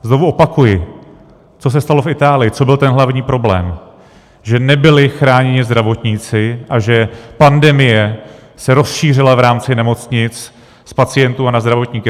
Znovu opakuji, co se stalo v Itálii, co byl ten hlavní problém, že nebyli chráněni zdravotníci a že pandemie se rozšířila v rámci nemocnic z pacientů na zdravotníky.